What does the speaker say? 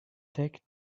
take